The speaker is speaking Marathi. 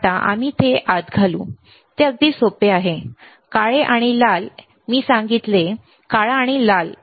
आता आम्ही ते आता घालू ते अगदी सोपे आहे काळे आणि लाल मी सांगितले काळा आणि लाल